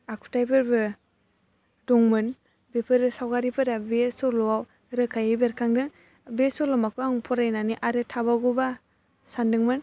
आखुथाइफोरबो दंमोन बेफोर सावगारिफोरा बे सल'आव रोखायै बेरखांदों बे सल'खौ आं फरायनानै आरो थाबावगौबा सानदोंमोन